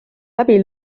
läbi